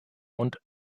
und